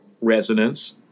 resonance